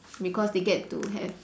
because they get to have